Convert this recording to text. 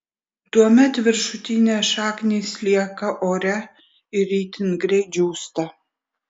tuomet viršutinės šaknys lieka ore ir itin greit džiūsta